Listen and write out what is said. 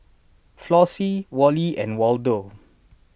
Flossie Wally and Waldo